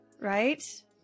Right